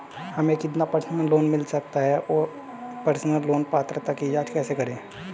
हमें कितना personal loan मिल सकता है और पर्सनल लोन पात्रता की जांच कैसे करें?